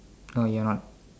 oh you're not